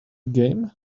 game